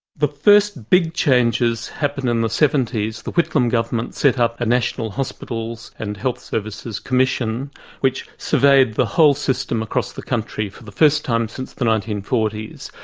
the first big changes happened in the seventy s. the whitlam government set up a national hospitals and health services commission which surveyed the whole system across the country for the first time since the nineteen forty s.